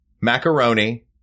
macaroni